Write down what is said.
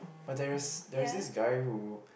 but there is there is this guy who